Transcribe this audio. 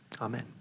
Amen